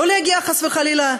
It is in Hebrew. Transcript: לא להגיע, חס וחלילה,